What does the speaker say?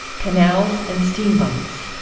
canals and steamboats.